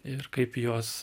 ir kaip juos